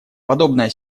подобная